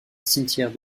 cimetière